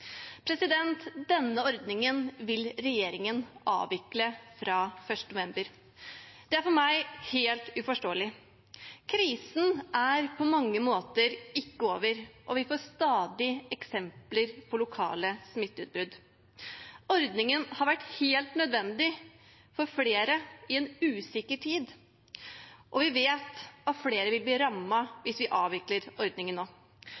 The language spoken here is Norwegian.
Denne ordningen vil regjeringen avvikle fra 1. november. Det er for meg helt uforståelig. Krisen er på mange måter ikke over, og vi får stadig eksempler på lokale smitteutbrudd. Ordningen har vært helt nødvendig for flere i en usikker tid, og vi vet at flere vil bli rammet hvis vi avvikler ordningen nå.